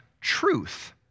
truth